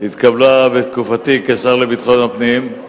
התקבלה בתקופתי כשר לביטחון הפנים,